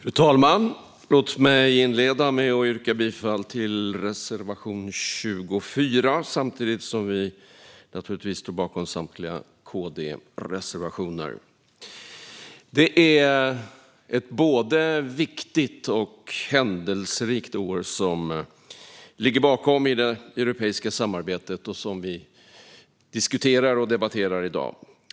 Fru talman! Låt mig inleda med att yrka bifall till reservation 24, samtidigt som vi naturligtvis står bakom samtliga KD-reservationer. Det är ett både viktigt och händelserikt år som ligger bakom oss i det europeiska samarbetet, som vi diskuterar och debatterar i dag.